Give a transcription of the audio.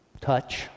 Touch